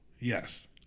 Yes